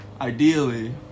Ideally